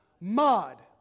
Mud